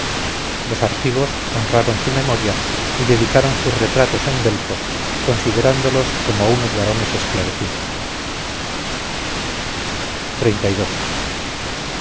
los argivos honraron su memoria y dedicaron sus retratos en delfos considerándolos como a unos varones esclarecidos a estos